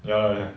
ya lah ya